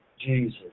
Jesus